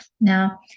now